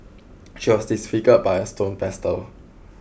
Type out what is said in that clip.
she was disfigured by a stone pestle